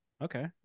Okay